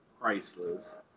priceless